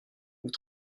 vous